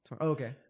okay